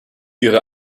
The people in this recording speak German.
ihre